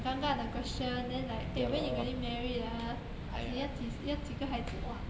很尴尬的 question then like eh you when you getting married ah 要几个孩子 !wah!